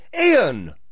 Ian